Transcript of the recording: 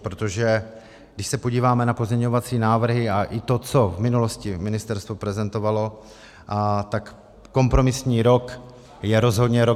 Protože když se podíváme na pozměňovací návrhy a i to, co v minulosti ministerstvo prezentovalo, tak kompromisní rok je rozhodně rok 2027 nebo 2028.